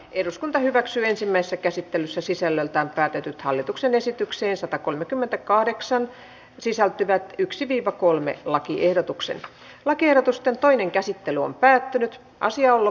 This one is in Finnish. eduskunta hyväksyi ensimmäisessä käsittelyssä sisällöltään päätetyt hallituksen esitykseen satakolmekymmentäkahdeksan sisältyvät yksi viiva kolme lakiehdotuksen lakiehdotusten käsittelyn pohjana on päättynyt paasiolla